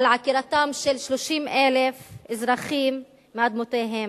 על עקירתם של 30,000 אזרחים מאדמותיהם.